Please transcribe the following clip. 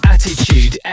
Attitude